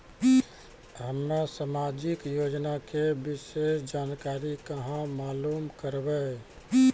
हम्मे समाजिक योजना के विशेष जानकारी कहाँ मालूम करबै?